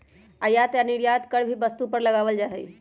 आयात या निर्यात कर भी वस्तु पर लगावल जा हई